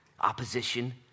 opposition